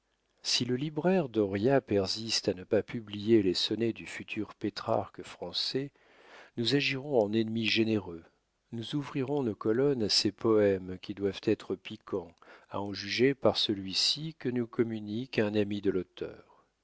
si le libraire dauriat persiste à ne pas publier les sonnets du futur pétrarque français nous agirons en ennemis généreux nous ouvrirons nos colonnes à ces poèmes qui doivent être piquants à en juger par celui-ci que nous communique un ami de l'auteur